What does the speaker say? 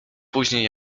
później